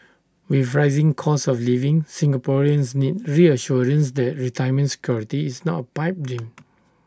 with rising costs of living Singaporeans need reassurance that retirement security is not A pipe